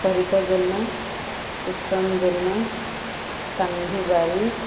Sarita Jena Sushant Jena Sanvi Barik